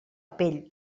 pell